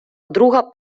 друга